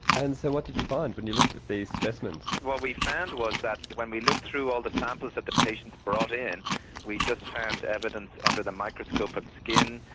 and so what did you find when you looked at these these specimens? what we found was that when we looked through all the samples that the patients brought in we just found evidence under the microscope of skin,